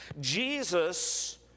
Jesus